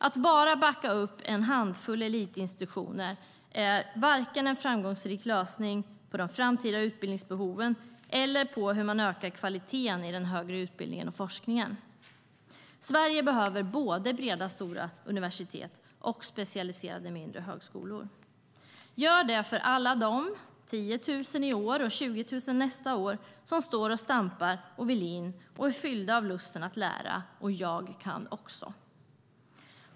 Att bara backa upp en handfull elitinstitutioner är varken en framgångsrik lösning på de framtida utbildningsbehoven eller på hur man ökar kvaliteten i den högre utbildningen och forskningen. Sverige behöver både stora breda universitet och specialiserade mindre högskolor. Gör allt detta för alla de 10 000 i år och 20 000 nästa år som står och stampar, vill in och är fyllda av lusten att lära och "jag kan också".